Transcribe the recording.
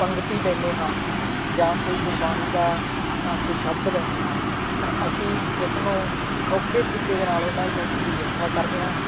ਪੰਗਤੀ ਲੈਂਦੇ ਹਾਂ ਜਾਂ ਕੋਈ ਗੁਰਬਾਣੀ ਦਾ ਕੋਈ ਸ਼ਬਦ ਲੈਂਦੇ ਹਾਂ ਤਾਂ ਅਸੀਂ ਉਸਨੂੰ ਸੌਖੇ ਤਰੀਕੇ ਦੇ ਨਾਲ ਉੱਨਾਂ ਉਸਦੀ ਵਿਆਖਿਆ ਕਰਦੇ ਹਾਂ